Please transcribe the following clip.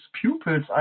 pupils